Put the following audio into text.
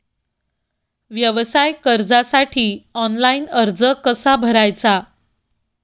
व्यवसाय कर्जासाठी ऑनलाइन अर्ज कसा भरायचा?